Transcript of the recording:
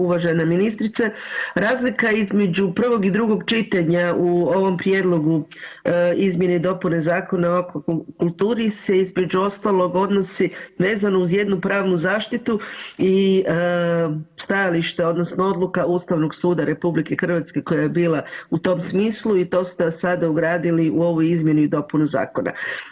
Uvažena ministrice razlika između prvog i drugog čitanja u ovom prijedlogu izmjene i dopune Zakona o akvakulturi se između ostalog odnosi vezano uz jednu pravnu zaštitu i stajalište odnosno odluka Ustavnog suda RH koja je bila u tom smislu i to ste sada ugradili u ovu izmjenu i dopunu zakona.